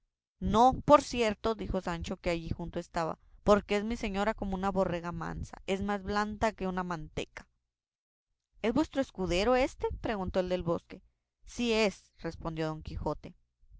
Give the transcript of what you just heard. no por cierto dijo sancho que allí junto estaba porque es mi señora como una borrega mansa es más blanda que una manteca es vuestro escudero éste preguntó el del bosque sí es respondió don quijote